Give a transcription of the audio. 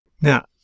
Now